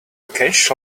cash